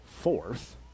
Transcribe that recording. fourth